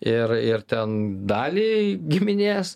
ir ir ten dalį giminės